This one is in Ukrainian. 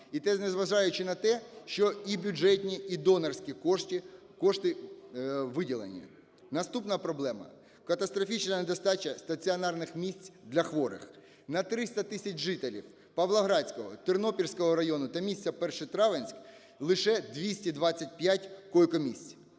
і це незважаючи на те, що і бюджетні, і донорські кошти виділені. Наступна проблема – катастрофічна недостача стаціонарних місць для хворих. На 300 тисяч жителівПавлоградського, Тернопільського району на міста Першотравенськ лише 225 койко-місць.